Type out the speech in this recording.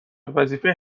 وظیفه